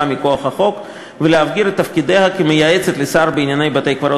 מכוח החוק ולהבהיר את תפקידיה כמייעצת לשר בענייני בתי-קברות